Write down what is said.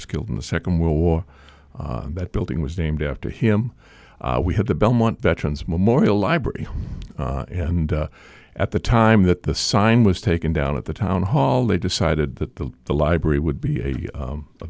was killed in the second world war that building was named after him we had the belmont veterans memorial library and at the time that the sign was taken down at the town hall they decided that the the library would be a